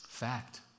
fact